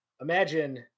imagine